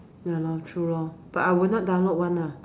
ya lor true lor but I will not download [one] lah